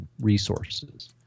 resources